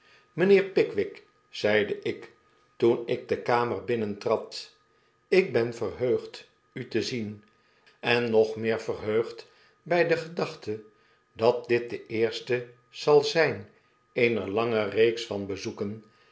mynheer pickwick p zeide ik toen ik de kamer binnentrad ik ben verheugd u te zien en nog meer verheugt mij de gedachte dat dit de eerste zal zyn eener lange reeks van bezoeken